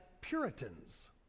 Puritans